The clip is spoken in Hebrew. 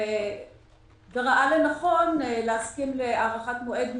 וראה לנכון להסכים להארכת מועד מסוימת.